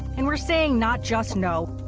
and we're saying not just no,